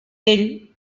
ell